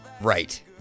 Right